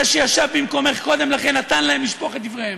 זה שישב במקומך קודם לכן נתן להם לשפוך את דבריהם.